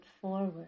forward